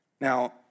Now